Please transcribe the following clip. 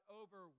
over